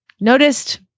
Noticed